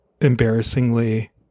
embarrassingly